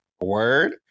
word